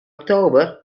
oktober